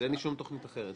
ואין לי שום תוכנית אחרת.